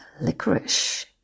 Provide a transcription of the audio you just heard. licorice